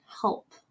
help